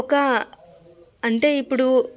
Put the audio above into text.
ఒక అంటే ఇప్పుడు